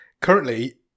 Currently